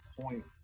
point